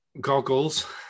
goggles